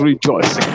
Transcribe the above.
Rejoice